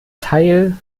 teil